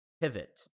pivot